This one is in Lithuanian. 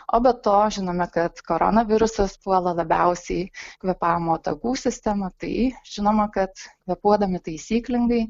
o be to žinome kad corona virusas puola labiausiai kvėpavimo takų sistemą tai žinoma kad kvėpuodami taisyklingai